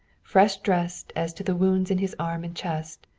fresh dressed as to the wounds in his arm and chest,